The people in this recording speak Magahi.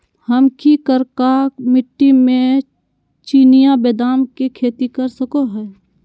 हम की करका मिट्टी में चिनिया बेदाम के खेती कर सको है?